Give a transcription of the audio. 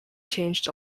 changed